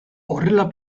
horrela